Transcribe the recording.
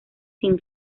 sin